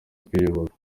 twiyubaka